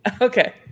okay